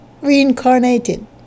reincarnated